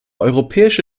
europäische